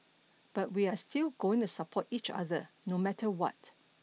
but we are still going to support each other no matter what